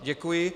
Děkuji.